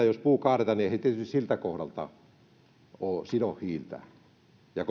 jos puu kaadetaan niin eihän se tietysti siltä kohdalta sido hiiltä ja